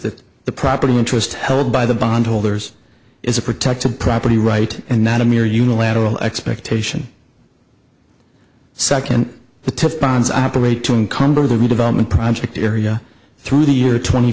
that the property interest held by the bondholders is a protected property right and not a mere unilateral expectation second the bonds operate to encumber the redevelopment project area through the year twenty